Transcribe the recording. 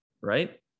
right